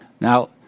Now